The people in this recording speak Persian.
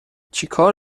چیکار